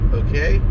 okay